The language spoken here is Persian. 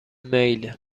میل